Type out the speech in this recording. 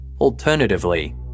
Alternatively